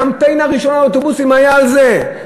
הקמפיין הראשון על אוטובוסים היה על זה.